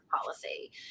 policy